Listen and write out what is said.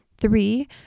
Three